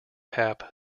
tap